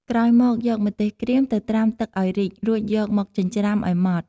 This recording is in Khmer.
ក្រោយមកយកម្ទេសក្រៀមទៅត្រាំទឹកឱ្យរីក រួចយកមកចិញ្ច្រាំឱ្យម៉ដ្ឋ។